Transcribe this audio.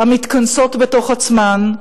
המתכנסות בתוך עצמן,